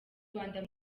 rwanda